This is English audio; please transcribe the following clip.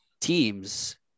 teams